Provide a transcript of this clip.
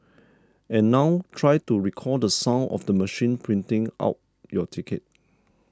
and now try to recall the sound of the machine printing out your ticket